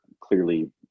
clearly